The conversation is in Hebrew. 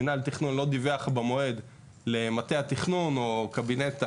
מינהל תכנון לא דיווח במועד למטה התכנון או הקבינט,